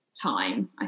time